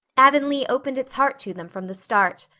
avonlea opened its heart to them from the start.